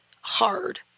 hard